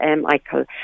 Michael